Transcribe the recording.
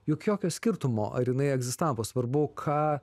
juk jokio skirtumo ar jinai egzistavo svarbu ką